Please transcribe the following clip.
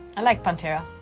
i like pantera,